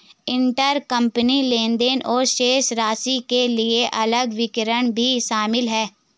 intercompany लेनदेन और शेष राशि के लिए अलग वर्गीकरण भी शामिल हैं